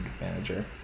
manager